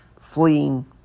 fleeing